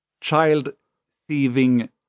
child-thieving